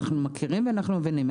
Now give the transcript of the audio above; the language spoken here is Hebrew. אנחנו מכירים ואנחנו מבינים.